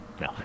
No